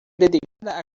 dedicada